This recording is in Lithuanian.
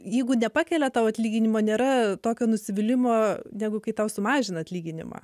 jeigu nepakelia tau atlyginimo nėra tokio nusivylimo negu kai tau sumažina atlyginimą